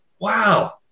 Wow